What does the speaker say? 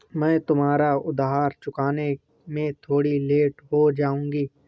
मैं तुम्हारा उधार चुकाने में थोड़ी लेट हो जाऊँगी